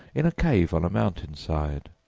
in a cave on a mountain side.